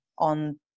on